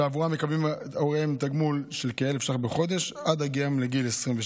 שעבורם מקבלים הוריהם תגמול של כ-1,000 שקלים בחודש עד הגיעם לגיל 22,